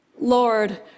Lord